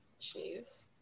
jeez